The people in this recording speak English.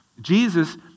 Jesus